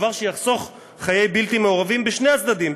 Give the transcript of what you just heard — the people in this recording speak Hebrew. דבר שיחסוך חיי בלתי מעורבים בשני הצדדים,